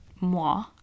moi